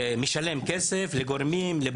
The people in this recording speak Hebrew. משלם כסף לגורמים מקצועיים,